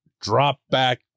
drop-back